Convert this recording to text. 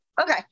Okay